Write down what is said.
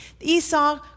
Esau